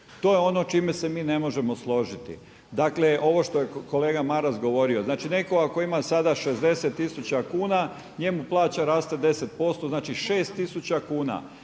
To je ono čime se mi ne možemo složiti. Dakle, ovo što je kolega Maras govorio. Znači, nekoga tko ima sada 60000 kuna njemu plaća raste 10%, znači 6000 kuna.